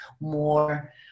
more